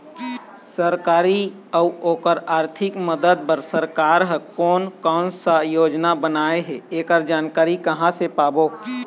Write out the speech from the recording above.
सरकारी अउ ओकर आरथिक मदद बार सरकार हा कोन कौन सा योजना बनाए हे ऐकर जानकारी कहां से पाबो?